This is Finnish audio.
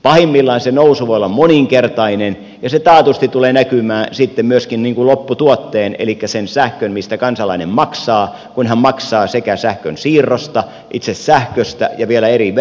pahimmillaan se nousu voi olla moninkertainen ja se taatusti tulee näkymään sitten myöskin lopputuotteessa elikkä siinä sähkössä mistä kansalainen maksaa kun hän maksaa sekä sähkönsiirrosta itse sähköstä ja vielä eri veroista